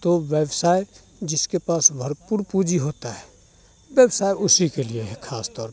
तो व्यवसाय जिसके पास भरपूर पूँजी होती है व्यवसाय उसी के लिए है ख़ासतौर पर